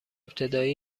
ابتدایی